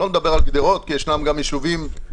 שלא לדבר על גדרות כי יש גם ישובים שבתפיסה